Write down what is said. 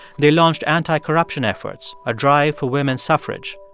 they launched anti-corruption efforts, a drive for women's suffrage.